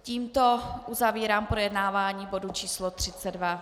Tímto uzavírám projednávání bodu číslo 32.